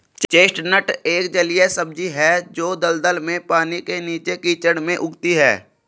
chestnut एक जलीय सब्जी है जो दलदल में, पानी के नीचे, कीचड़ में उगती है